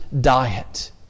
diet